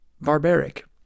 Barbaric